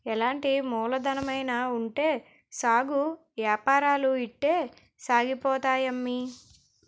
ఎలాంటి మూలధనమైన ఉంటే సాలు ఏపారాలు ఇట్టే సాగిపోతాయి అమ్మి